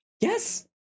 Yes